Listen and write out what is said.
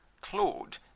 Claude